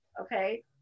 okay